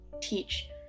teach